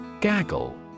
Gaggle